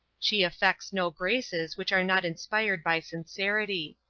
she affects no graces which are not inspired by sincerity.